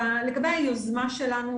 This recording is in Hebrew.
לגבי היוזמה שלנו,